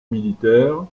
militaire